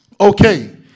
okay